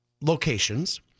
locations